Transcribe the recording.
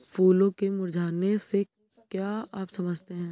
फूलों के मुरझाने से क्या आप समझते हैं?